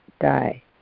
die